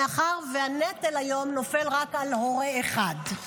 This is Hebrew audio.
מאחר שהנטל היום נופל רק על הורה אחד.